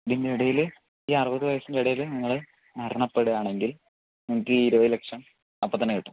ഇതിൻ്റെ ഇടയിൽ ഈ അറുപത് വയസ്സിൻ്റെ ഇടയിൽ നിങ്ങൾ മരണപ്പെടുകയാണെങ്കിൽ നിങ്ങൾക്ക് ഈ ഇരുപത് ലക്ഷം അപ്പം തന്നെ കിട്ടും